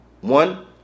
one